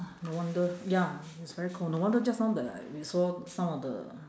no wonder ya it's very cold no wonder just now the we saw some of the